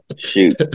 Shoot